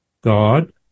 God